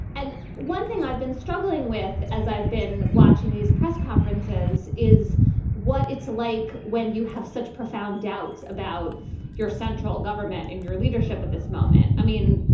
and one thing i've been struggling with as i've been watching these press conferences is what it's like when you have such profound doubts about your central government in your leadership at this moment. i mean,